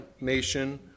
nation